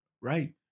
right